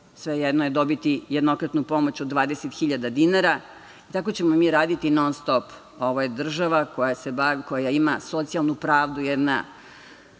svejedno je, dobiti jednokratnu pomoć od 20.000 dinara. Tako ćemo mi raditi non-stop, ovo je država koja ima socijalnu pravdu, jedna